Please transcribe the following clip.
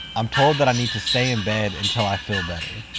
i'm told that i need to stay in bed until i feel better.